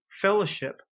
Fellowship